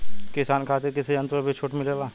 किसान खातिर कृषि यंत्र पर भी छूट मिलेला?